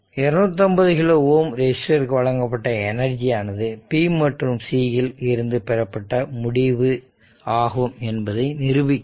250 kilo ohm ரெசிஸ்டருக்கு வழங்கப்பட்ட எனர்ஜியானது b மற்றும் c இல் இருந்து பெறப்பட்ட முடிவு ஆகும் என்பதை நிரூபிக்கவும்